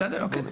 בסדר, אוקיי.